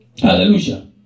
Hallelujah